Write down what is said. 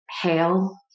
hail